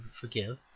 forgive